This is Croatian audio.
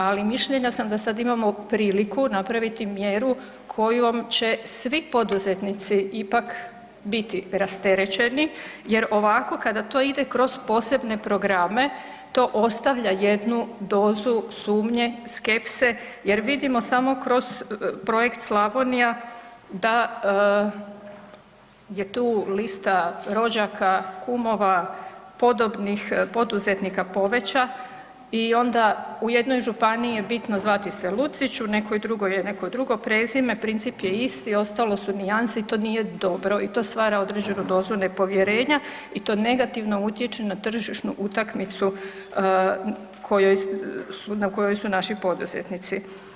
Ali, mišljenja sam da sad imamo priliku napraviti mjeru kojom će svi poduzetnici ipak biti rasterećeni jer ovako kada to ide kroz posebne programe, to ostavlja jednu dozu sumnje, skepse jer vidimo samo kroz projekt Slavonija, da je tu lista rođaka, kumova, podobnih poduzetnika poveća i onda u jednoj županiji je bitno zvati se Lucić, u nekoj drugoj je neko drugo prezime, princip je isti, ostalo su nijanse i to nije dobro i to stvara određenu dozu nepovjerenja i to negativno utječe na tržišnu utakmicu kojoj su, na kojoj su naši poduzetnici.